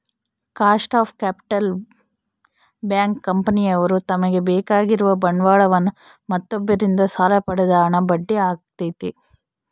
cost of capital bank, ಕಂಪನಿಯವ್ರು ತಮಗೆ ಬೇಕಾಗಿರುವ ಬಂಡವಾಳವನ್ನು ಮತ್ತೊಬ್ಬರಿಂದ ಸಾಲ ಪಡೆದ ಹಣ ಬಡ್ಡಿ ಆಗೈತೆ